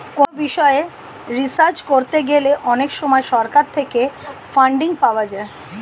কোনো বিষয়ে রিসার্চ করতে গেলে অনেক সময় সরকার থেকে ফান্ডিং পাওয়া যায়